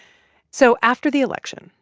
so after the election,